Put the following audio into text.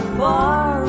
far